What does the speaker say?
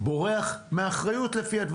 בורח מהאחריות.